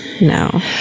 No